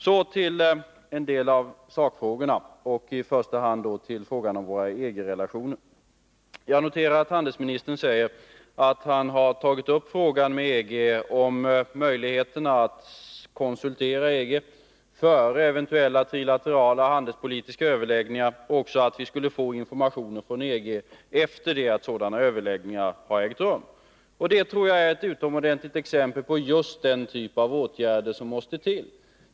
Så till en del av sakfrågorna, i första hand frågan om våra EG relationer. Jag noterar att handelsministern säger att han med EG tagit upp frågan om möjligheterna att konsultera EG före eventuella trilaterala handelspolitiska överläggningar och att vi efter det att sådana överläggningar ägt rum skulle få informationer från EG. Detta tror jag är ett utomordentligt exempel på just den typ av åtgärd som måste till.